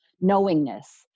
knowingness